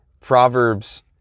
Proverbs